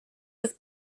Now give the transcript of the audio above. with